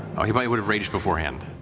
oh, he might would have raged beforehand.